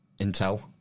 intel